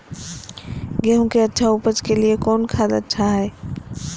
गेंहू के अच्छा ऊपज के लिए कौन खाद अच्छा हाय?